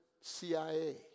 CIA